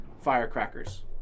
firecrackers